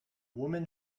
woman